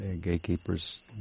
gatekeepers